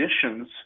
conditions